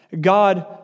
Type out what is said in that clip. God